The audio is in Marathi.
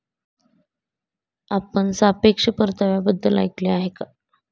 आपण सापेक्ष परताव्याबद्दल ऐकले आहे का?